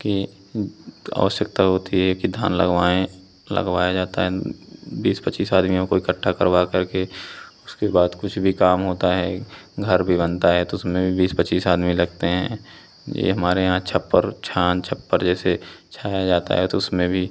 की तो आवश्यकता होती है कि धान लगवाएँ लगवाया जाता है बीस पच्चीस आदमियों को इकट्ठा करवाकर के उसके बाद कुछ भी काम होता है घर भी बनता है तो उसमें भी बीस पच्चीस आदमी लगते हैं यह हमारे यहाँ छप्पर छान छप्पर जैसे छाया जाता है तो उसमें भी